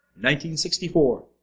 1964